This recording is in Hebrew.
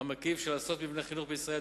המקיף של עשרות מבני חינוך בישראל,